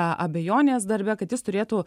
abejonės darbe kad jis turėtų